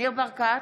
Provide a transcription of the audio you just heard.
ניר ברקת,